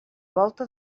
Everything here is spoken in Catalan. volta